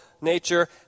nature